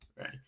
Right